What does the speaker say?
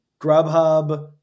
Grubhub